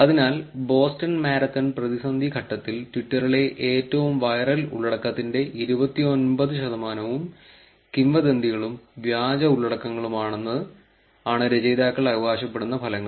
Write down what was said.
അതിനാൽ Boston marathon പ്രതിസന്ധി ഘട്ടത്തിൽ ട്വിറ്ററിലെ ഏറ്റവും വൈറൽ ഉള്ളടക്കത്തിന്റെ ഇരുപത്തിയൊമ്പത് ശതമാനവും കിംവദന്തികളും വ്യാജ ഉള്ളടക്കങ്ങളുമാണെന്ന് ആണ് രചയിതാക്കൾ അവകാശപ്പെടുന്ന ഫലങ്ങൾ